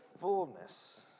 fullness